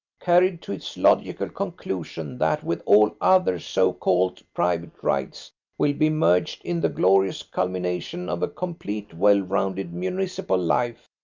carried to its logical conclusion that with all other so-called private rights will be merged in the glorious culmination of a complete well rounded municipal life.